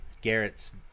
Garrett's